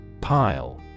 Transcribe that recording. Pile